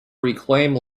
reclaimed